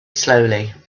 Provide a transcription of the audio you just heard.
slowly